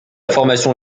formation